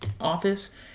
office